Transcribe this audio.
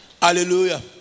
Hallelujah